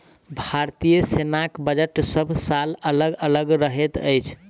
भारतीय सेनाक बजट सभ साल अलग अलग रहैत अछि